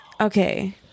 Okay